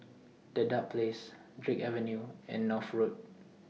Dedap Place Drake Avenue and North Road